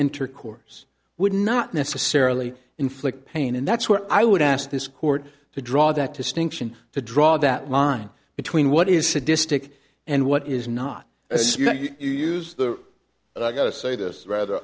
intercourse would not necessarily inflict pain and that's what i would ask this court to draw that distinction to draw that line between what is sadistic and what is not as you use the i gotta say this rather